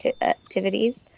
activities